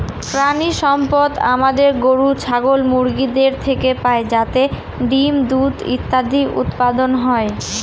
প্রানীসম্পদ আমাদের গরু, ছাগল, মুরগিদের থেকে পাই যাতে ডিম, দুধ ইত্যাদি উৎপাদন হয়